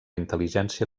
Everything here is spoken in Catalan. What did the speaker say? intel·ligència